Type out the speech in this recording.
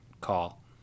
call